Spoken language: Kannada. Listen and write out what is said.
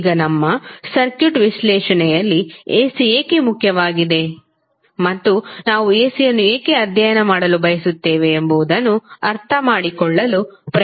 ಈಗ ನಮ್ಮ ಸರ್ಕ್ಯೂಟ್ ವಿಶ್ಲೇಷಣೆಯಲ್ಲಿ AC ಏಕೆ ಮುಖ್ಯವಾಗಿದೆ ಮತ್ತು ನಾವು AC ಯನ್ನು ಏಕೆ ಅಧ್ಯಯನ ಮಾಡಲು ಬಯಸುತ್ತೇವೆ ಎಂಬುದನ್ನು ಅರ್ಥಮಾಡಿಕೊಳ್ಳಲು ಪ್ರಯತ್ನಿಸೋಣ